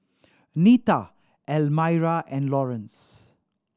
Nita Almyra and Laurence